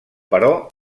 però